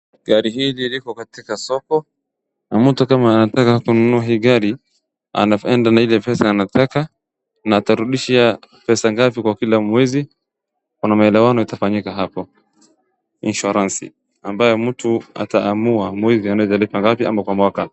Gari hili liko katika soko na mtu kama anataka kununua hii gari anaenda na ile pesa anataka na atarudishia pesa ngapi kwa kila mwezi, kuna maelewano itafanyika hapa, insuaransi, ambayo mtu ataamua mwezi anaweza lipa ngapi au kwa mwaka.